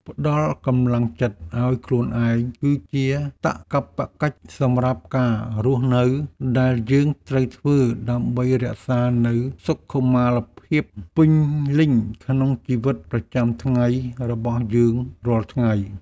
ផ្ដល់កម្លាំងចិត្តឱ្យខ្លួនឯងគឺជាកាតព្វកិច្ចសម្រាប់ការរស់នៅដែលយើងត្រូវធ្វើដើម្បីរក្សានូវសុខុមាលភាពពេញលេញក្នុងជីវិតប្រចាំថ្ងៃរបស់យើងរាល់ថ្ងៃ។